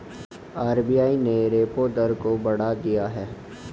RBI ने repo दर को बढ़ा दिया है